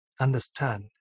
understand